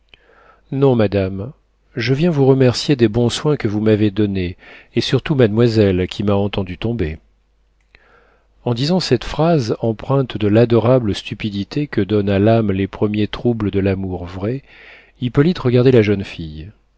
non madame je viens vous remercier des bons soins que vous m'avez donnés et surtout mademoiselle qui m'a entendu tomber en disant cette phrase empreinte de l'adorable stupidité que donnent à l'âme les premiers troubles de l'amour vrai hippolyte regardait la jeune fille